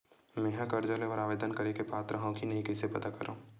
मेंहा कर्जा ले बर आवेदन करे के पात्र हव की नहीं कइसे पता करव?